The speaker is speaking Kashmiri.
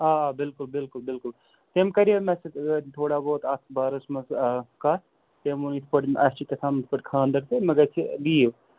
آ آ بِلکُل بِلکُل بِلکُل تَمہِ کَریو مےٚ سۭتۍ ٲدۍ تھوڑا بہت اَتھ بارَس منٛز کَتھ تَمہِ ووٚن یِتھ پٲٹھۍ اَسہِ چھِ کیٛاہ تھام یِتھ پٲٹھۍ خانٛدر تہٕ مےٚ گَژھِ لیٖو